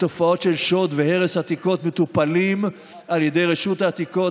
תופעות של שוד והרס עתיקות מטופלות על ידי רשות העתיקות